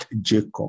jacob